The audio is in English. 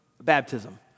baptism